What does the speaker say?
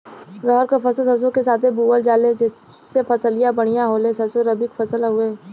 रहर क फसल सरसो के साथे बुवल जाले जैसे फसलिया बढ़िया होले सरसो रबीक फसल हवौ